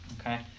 Okay